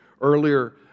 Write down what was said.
Earlier